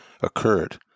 occurred